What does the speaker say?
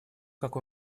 как